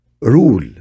rule